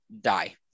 die